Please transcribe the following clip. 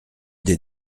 des